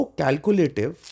calculative